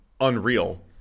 unreal